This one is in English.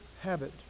habit